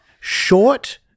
Short